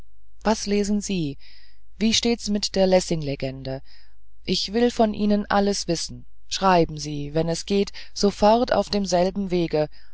was lesen sie wie stehts mit der lessing legende ich will von ihnen alles wissen schreiben sie wenn es geht sofort auf demselben wege